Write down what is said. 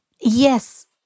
Yes